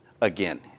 again